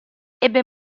ebbe